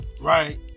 right